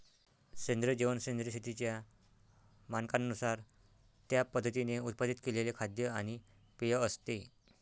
सेंद्रिय जेवण सेंद्रिय शेतीच्या मानकांनुसार त्या पद्धतीने उत्पादित केलेले खाद्य आणि पेय असते